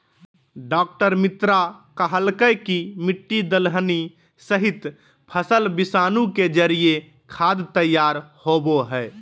डॉ मित्रा कहलकय कि मिट्टी, दलहनी सहित, फसल विषाणु के जरिए खाद तैयार होबो हइ